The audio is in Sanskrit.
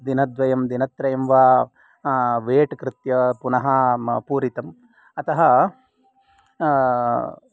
द्विनद्वयं दिनत्रयं वा वेट् कृत्वा पुनः पूरितम् अतः